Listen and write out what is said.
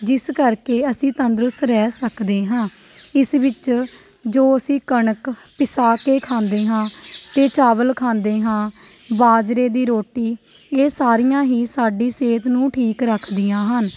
ਜਿਸ ਕਰਕੇ ਅਸੀਂ ਤੰਦਰੁਸਤ ਰਹਿ ਸਕਦੇ ਹਾਂ ਇਸ ਵਿੱਚ ਜੋ ਅਸੀਂ ਕਣਕ ਪਿਸਾ ਕੇ ਖਾਂਦੇ ਹਾਂ ਅਤੇ ਚਾਵਲ ਖਾਂਦੇ ਹਾਂ ਬਾਜਰੇ ਦੀ ਰੋਟੀ ਇਹ ਸਾਰੀਆਂ ਹੀ ਸਾਡੀ ਸਿਹਤ ਨੂੰ ਠੀਕ ਰੱਖਦੀਆਂ ਹਨ